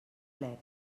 plec